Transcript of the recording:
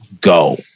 go